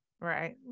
Right